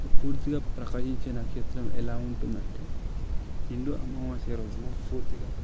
పూర్తిగా ప్రకాశించే నక్షత్రం ఎలా ఉంటుందంటే నిండు అమావాస్య రోజున పూర్తిగా